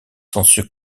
censure